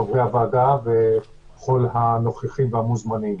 חברי הוועדה וכל הנוכחים והמוזמנים.